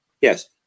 yes